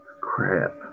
crap